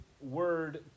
word